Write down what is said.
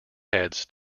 heads